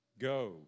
Go